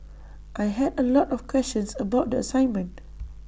I had A lot of questions about the assignment